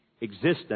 existence